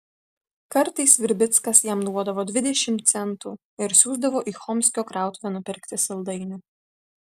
kartais virbickas jam duodavo dvidešimt centų ir siųsdavo į chomskio krautuvę nupirkti saldainių